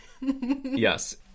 Yes